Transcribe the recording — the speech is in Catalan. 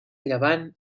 llevant